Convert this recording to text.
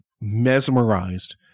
mesmerized